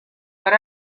but